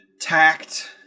tact